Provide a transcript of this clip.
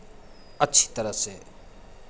अच्छी तरह से